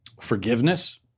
forgiveness